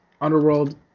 underworld